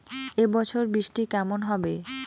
এবছর বৃষ্টি কেমন হবে?